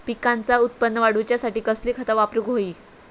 पिकाचा उत्पन वाढवूच्यासाठी कसली खता वापरूक होई?